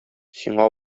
сиңа